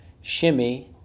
shimmy